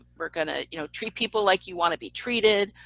we're going to you know treat people like you want to be treated,